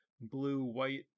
blue-white